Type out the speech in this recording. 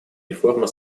реформа